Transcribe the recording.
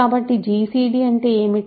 కాబట్టి జిసిడి అంటే ఏమిటి